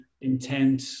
intent